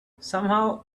somehow